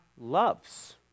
loves